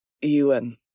Ewan